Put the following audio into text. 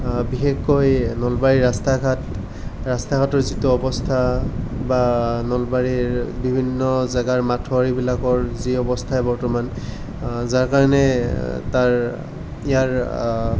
বিশেষকৈ নলবাৰীৰ ৰাস্তা ঘাট ৰাস্তা ঘাটৰ যিটো অৱস্থা বা নলবাৰীৰ বিভিন্ন জেগাৰ মথাউৰিবিলাকৰ যি অৱস্থাই বৰ্তমান যাৰ কাৰণে তাৰ ইয়াৰ